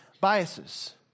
biases